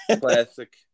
classic